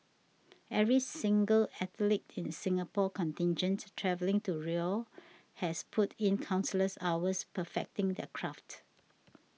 every single athlete in the Singapore contingent travelling to Rio has put in countless hours perfecting their craft